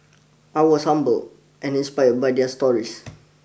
I was humbled and inspired by their stories